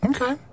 Okay